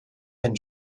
been